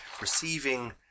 receiving